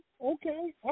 Okay